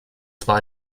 zwar